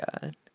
god